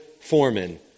Foreman